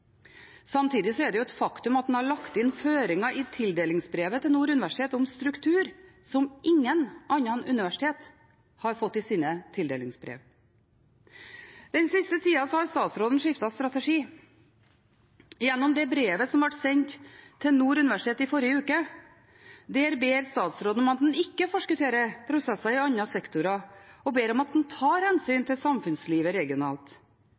Samtidig er det et faktum at en har lagt inn føringer i tildelingsbrevet til Nord universitet om struktur som ingen andre universitet har fått i sine tildelingsbrev. Den siste tida har statsråden skiftet strategi. Gjennom det brevet som ble sendt til Nord universitet i forrige uke, ber statsråden om at en ikke forskutterer prosesser i andre sektorer, og ber om at en tar hensyn til samfunnslivet regionalt.